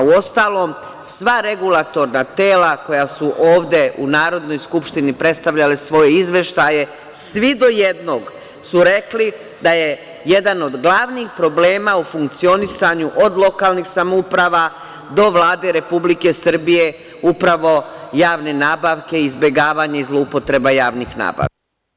Uostalom sva regulatorna tela koja su ovde u Narodnoj skupštini predstavljale svoje izveštaje, svi do jednog su rekli da je jedan od glavnih problema u funkcionisanju od lokalnih samouprava do Vlade Republike Srbije upravo javne nabavke, izbegavanje i zloupotreba javnih nabavki.